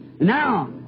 Now